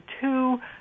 two